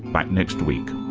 back next week.